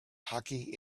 hockey